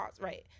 right